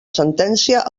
sentència